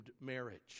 marriage